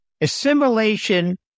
Assimilation